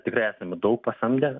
tikrai esame daug pasamdę